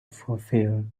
fulfill